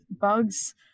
bugs